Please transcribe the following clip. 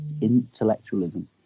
intellectualism